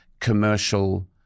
commercial